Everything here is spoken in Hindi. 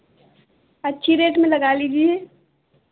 अच्छी रेट में लगा लीजिए